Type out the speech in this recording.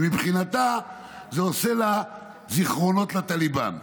ומבחינתה זה עושה לה זיכרונות של הטליבאן.